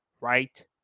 right